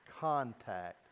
contact